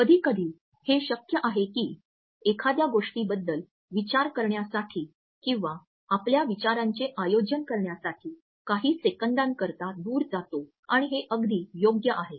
कधीकधी हे शक्य आहे की एखाद्या गोष्टीबद्दल विचार करण्यासाठी किंवा आपल्या विचारांचे आयोजन करण्यासाठी काही सेकंदांकरिता दूर जातो आणि हे अगदी योग्य आहे